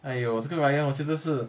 !aiyo! 这个 ryan 我真的是